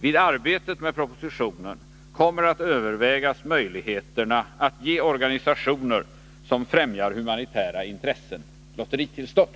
Vid arbetet med propositionen kommer att övervägas möjligheterna att ge organisationer som främjar humanitära intressen lotteritillstånd.